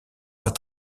pas